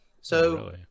So-